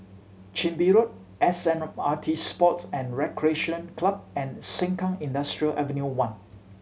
Chin Bee Road S M R T Sports and Recreation Club and Sengkang Industrial Ave One